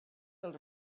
del